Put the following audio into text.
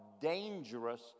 dangerous